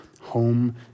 home